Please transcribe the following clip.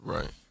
Right